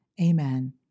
Amen